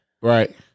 Right